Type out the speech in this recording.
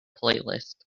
playlist